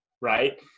Right